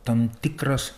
tam tikras